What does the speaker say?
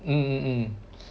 mm mm mm